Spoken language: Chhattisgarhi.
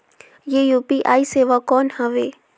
ये यू.पी.आई सेवा कौन हवे?